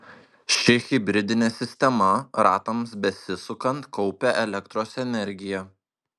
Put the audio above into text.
ši hibridinė sistema ratams besisukant kaupia elektros energiją